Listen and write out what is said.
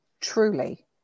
Truly